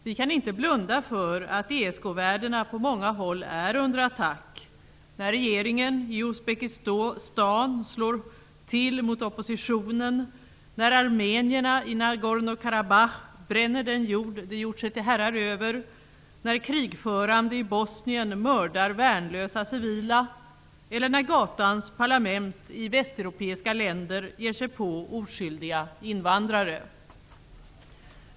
Vi kan inte blunda för att ESK-värdena på många håll är under attack -- när regeringen i Uzbekistan slår till mot oppositionen, när armenierna i Nagorno-Karabach bränner den jord de gjort sig till herrar över, när krigförande i Bosnien mördar värnlösa civila eller när gatans parlament i västeuropeiska länder ger sig på oskyldiga invandrare.